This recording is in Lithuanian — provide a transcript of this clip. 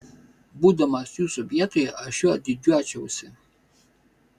būdamas jūsų vietoje aš juo didžiuočiausi